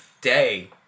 day